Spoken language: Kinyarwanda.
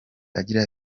agira